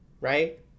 right